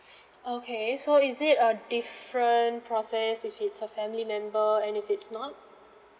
okay so is it a different process if it's a family member and if it's not